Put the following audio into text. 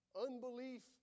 unbelief